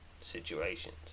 situations